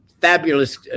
fabulous